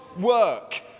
work